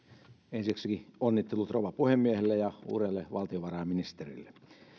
ensiksikin onnittelut rouva puhemiehelle ja uudelle valtiovarainministerille